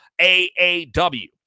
AAW